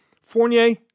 Fournier